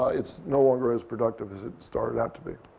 it's no longer as productive as it started out to be.